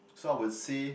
so I would say